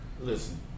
Listen